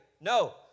No